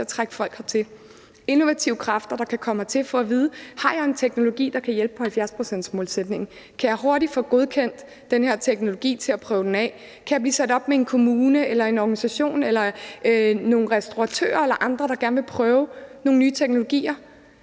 at trække folk til landet, innovative kræfter, der kan komme her til landet og få at vide: Har jeg en teknologi, der kan hjælpe på 70-procentsmålsætningen? Kan jeg hurtigt få godkendt den her teknologi og prøvet den af; kan jeg blive sat sammen med en kommune eller en organisation, nogle restauratører eller andre, der gerne vil afprøve nogle nye teknologier;